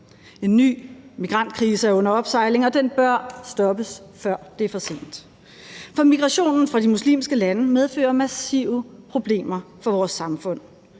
En ny migrantkrise er under opsejling, og den bør stoppes, før det er for sent. For migrationen fra de muslimske lande medfører massive problemer for vores samfund.